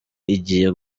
igiye